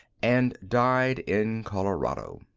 and died in colorado.